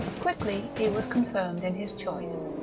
quickly he was confirmed in his choice.